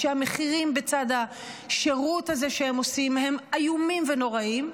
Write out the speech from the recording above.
כשהמחירים בצד השירות הזה שהם עושים הם איומים ונוראים,